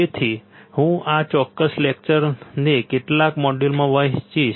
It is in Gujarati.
તેથી હું આ ચોક્કસ લેકચરને કેટલાક મોડ્યુલોમાં વહેંચીશ